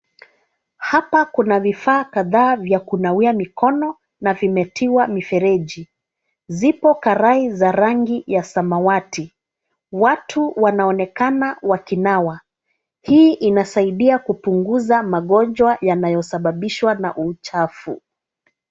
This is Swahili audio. Hapa kuna vifaa kadhaa vya kunawia mikono na vimetiwa mifereji. Zipo karai za rangi ya samawati watu wanaonekana wakinawa. Hii inasaidia kupunguza magonjwa yanayosababishwa na uchafu.